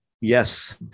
Yes